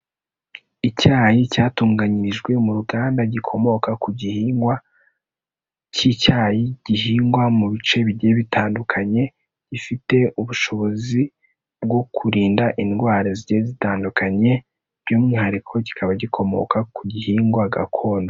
Icyayi cyatunganyirijwe mu ruganda, gikomoka ku gihingwa cy'icyayi gihingwa mu bice bigiye bitandukanye, gifite ubushobozi bwo kurinda indwara zigiye zitandukanye, by'umwihariko kikaba gikomoka ku gihingwa gakondo.